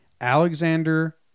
Alexander